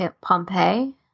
Pompeii